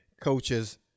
coaches